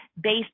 based